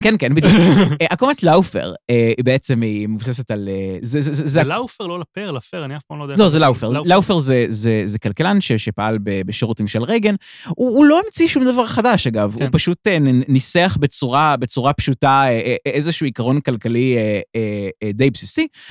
כן, כן, בדיוק, עקומת לאופר היא בעצם מובססת על זה. זה לאופר, לא לפר, לפר, אני אף פעם לא יודעת. לא, זה לאופר, לאופר זה כלכלן שפעל בשירות ממשל רייגן, הוא לא המציא שום דבר חדש אגב, הוא פשוט ניסח בצורה פשוטה איזשהו עקרון כלכלי די בסיסי.